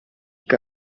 que